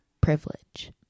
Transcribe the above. privilege